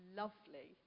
lovely